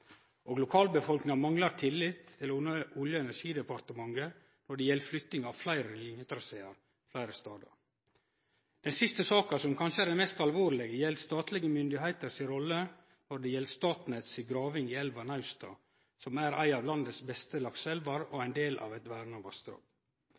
og lokalbefolkninga manglar tillit til Olje- og energidepartementet når det gjeld flytting av linjetrasear fleire stader. Den siste saka, som kanskje er den mest alvorlege, gjeld statlege myndigheiter si rolle når det gjeld Statnett si graving i elva Nausta, som er ei av landets beste lakseelver og